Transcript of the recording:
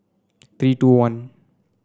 three two one